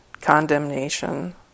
condemnation